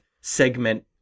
segment